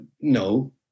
no